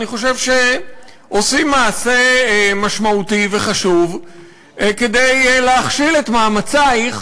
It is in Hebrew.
עושים מעשה משמעותי וחשוב כדי להכשיל את מאמצייך